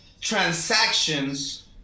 transactions